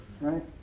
right